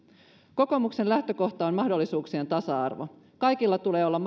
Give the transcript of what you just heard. kokoomuksen lähtökohta on mahdollisuuksien tasa arvo kaikilla tulee olla